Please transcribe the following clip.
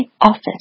office